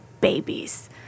babies